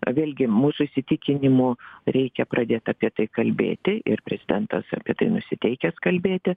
vėlgi mūsų įsitikinimu reikia pradėt apie tai kalbėti ir prezidentas apie tai nusiteikęs kalbėti